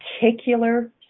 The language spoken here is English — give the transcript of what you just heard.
particular